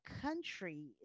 country